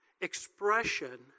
expression